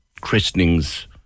christenings